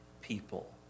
people